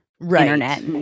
internet